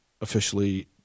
officially